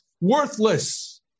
Worthless